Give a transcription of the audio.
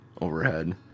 overhead